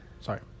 Sorry